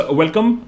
welcome